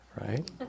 right